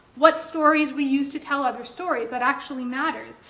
what stories we use to tell other stories, that actually matters,